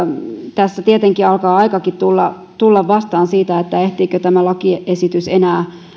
tässä tietenkin alkaa aikakin tulla tulla vastaan siinä ehtiikö tämä lakiesitys enää